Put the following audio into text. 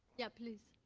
yeah, please.